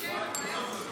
אדוני השר?